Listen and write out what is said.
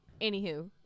Anywho